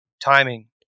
timing